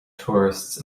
tourists